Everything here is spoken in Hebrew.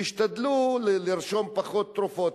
תשתדלו לרשום פחות תרופות,